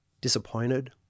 disappointed